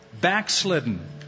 backslidden